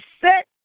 set